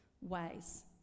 ways